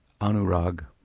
Anurag